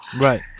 right